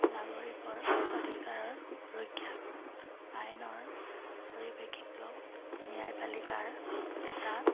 নাগৰিকৰ অধিকাৰৰ সুৰক্ষা আইনৰ পৰিৱেশিত ন্যায় পালিকাৰ এটা